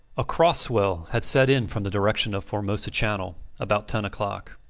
a cross swell had set in from the direction of formosa channel about ten oclock,